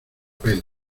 peli